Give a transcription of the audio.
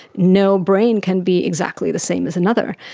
no brain can be exactly the same as another.